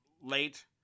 late